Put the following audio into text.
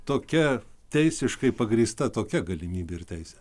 tokia teisiškai pagrįsta tokia galimybė ir teisė